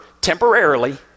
temporarily